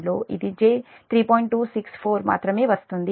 264 మాత్రమే వస్తుంది